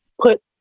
put